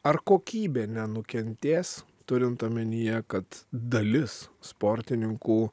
ar kokybė nenukentės turint omenyje kad dalis sportininkų